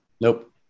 nope